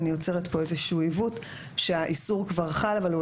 אני יוצרת פה איזשהו עיוות שבו האיסור כבר חל אבל הוא